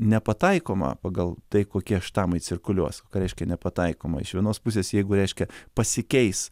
nepataikoma pagal tai kokie štamai cirkuliuos ką reiškia nepataikoma iš vienos pusės jeigu reiškia pasikeis